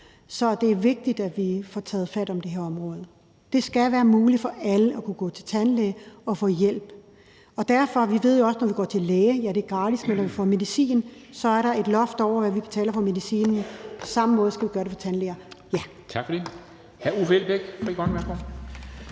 Så det er vigtigt, at vi får taget fat om det her område. Det skal være muligt for alle at kunne gå til tandlæge og få hjælp. Vi ved jo også, at det er gratis at gå til læge, og når vi får medicin, er der et loft over, hvad vi betaler for medicinen, og på samme måde skal vi gøre det i forbindelse med